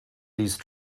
these